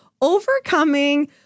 overcoming